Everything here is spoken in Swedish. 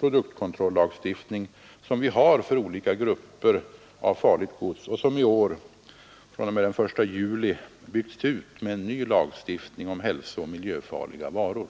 produktkontrollagstiftning som vi har för olika grupper av farligt gods och som i år — fr.o.m. den 1 juli — byggts ut med en ny lagstiftning om hälsooch miljöfarliga varor.